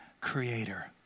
creator